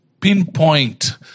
pinpoint